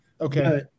Okay